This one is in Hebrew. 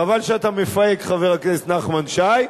חבל שאתה מפהק, חבר הכנסת נחמן שי.